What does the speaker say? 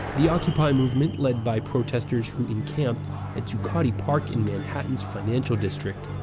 the occupy movement, led by protesters who encamped at zuccotti park in manhattan's financial district,